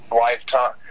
lifetime